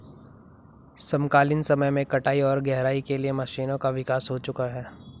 समकालीन समय में कटाई और गहराई के लिए मशीनों का विकास हो चुका है